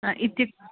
इति